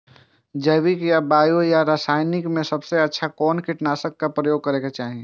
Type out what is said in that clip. जैविक या बायो या रासायनिक में सबसँ अच्छा कोन कीटनाशक क प्रयोग करबाक चाही?